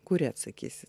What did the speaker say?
kuri atsakysit